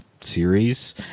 series